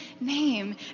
name